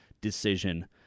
decision